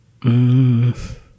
-hmm